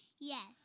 Yes